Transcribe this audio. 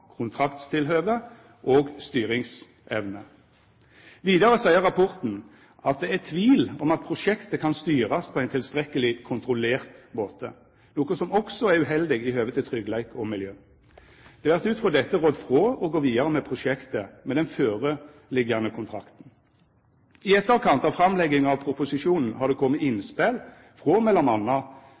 og styringsevne. Vidare seier rapporten at det er tvil om prosjektet kan styrast på ein tilstrekkeleg kontrollert måte, noko som også er uheldig i høve til tryggleik og miljø. Det vert ut frå dette rådd frå å gå vidare med prosjektet med den føreliggjande kontrakten. I etterkant av framlegginga av proposisjonen har det kome innspel frå